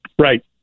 right